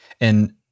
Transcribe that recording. And-